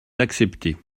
accepter